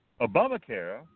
Obamacare